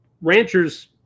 ranchers